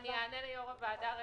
רגע, אני אענה ליושב-ראש הוועדה.